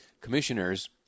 commissioners